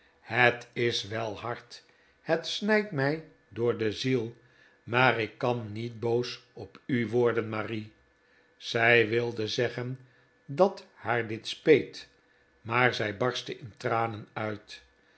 het is wel hard het snijdt mij door de ziel maar ik kan niet boos op u worden marie zij wilde zeggen dat haar dit speet maar zij barstte in tranen uit